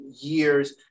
years